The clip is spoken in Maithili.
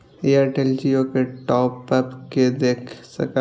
एयरटेल जियो के टॉप अप के देख सकब?